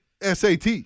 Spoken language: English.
SAT